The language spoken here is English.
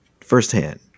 firsthand